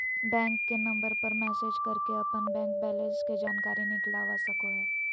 bank के number पर message करके अपन बैंक बैलेंस के जानकारी निकलवा सको हो